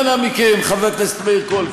חבר הכנסת מאיר כהן,